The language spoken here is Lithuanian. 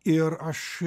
ir aš